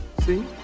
see